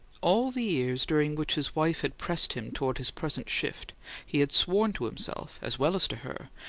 all the years during which his wife had pressed him toward his present shift he had sworn to himself, as well as to her,